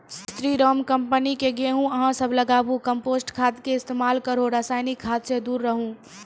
स्री Ram company के गेहूँ अहाँ सब लगाबु कम्पोस्ट खाद के इस्तेमाल करहो रासायनिक खाद से दूर रहूँ?